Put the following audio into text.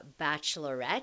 bachelorette